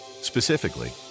Specifically